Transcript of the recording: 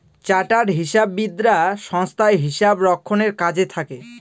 chartered হিসাববিদরা সংস্থায় হিসাব রক্ষণের কাজে থাকে